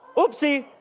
oopsie!